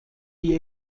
die